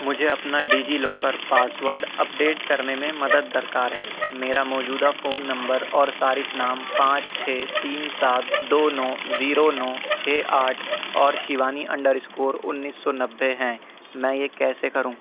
مجھے اپنا DigiLocker password update کرنے میں مدد درکار ہے میرا موجودہ فون نمبر اور صارف نام پانچ چھ تین سات دو نو زیرو نو چھ آٹھ اور شیوانی انڈر اسکور انیس سو نبے ہے میں یہ کیسے کروں